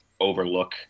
overlook